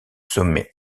sommet